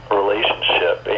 relationship